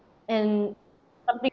and something